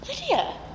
Lydia